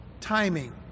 Timing